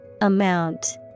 Amount